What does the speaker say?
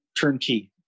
turnkey